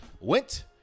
went